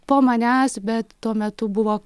po manęs bet tuo metu buvo